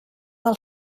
del